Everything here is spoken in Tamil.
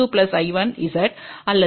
எனவேV1V2I1Zஅல்லதுI1Z I2Z